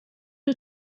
are